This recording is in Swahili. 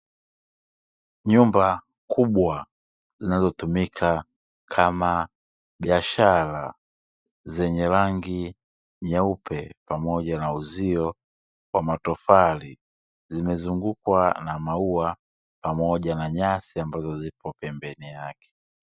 Nyumba kubwa zinazotumika kama biashara, zenye rangi nyeupe pamoja na uzio wa matofali, zimezungukwa na maua pamoja na nyasi ambazo zipo pembeni yake.